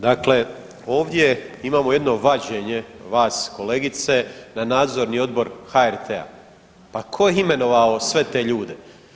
Dakle, ovdje imamo jedno vađenje vas kolegice na nadzorni odbor HRT-a, pa tko je imenovao sve te ljude?